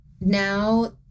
now